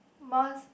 most